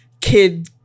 kid